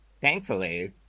thankfully